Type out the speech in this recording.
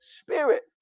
spirit